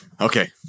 Okay